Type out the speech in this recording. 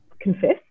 confess